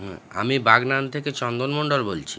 হুম আমি বাগনান থেকে চন্দন মন্ডল বলছি